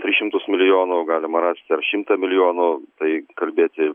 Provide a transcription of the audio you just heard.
tris šimtus milijonų galima rasti ar šimtą milijonų tai kalbėti